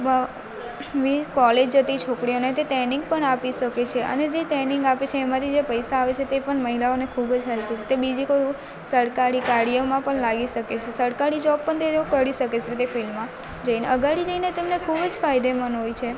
means college જતી છોકરીઓને તે ટેનિંગ પણ આપી શકે છે અને જે ટેનિંગ આપે છે એમાંથી જે પૈસા આવે છે તે પણ મહિલાઓને ખૂબ જ હેલ્પ તે બીજી કોઈ સરકારી કાર્યમાં પણ લાગી શકે છે સરકારી જોબ પણ તે લોકો કરી શકે છે તે ફિલ્ડમાં જઇને આગળ જઈને તેમને ખૂબ જ ફાયદેમંદ હોય છે